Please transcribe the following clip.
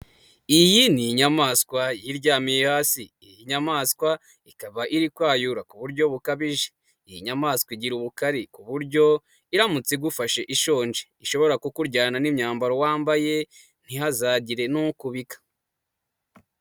Iyi ni inyamaswa iryamiye hasi iyi nyamaswa ikaba iri kwayura ku buryo bukabije. Iyi nyamaswa igira ubukari ku buryo iramutse igufashe ishonje, ishobora kukuryana n'imyambaro wambaye ntihazagire n'ukubika